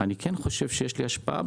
אני חושב שבסוף יש לי השפעה.